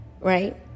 Right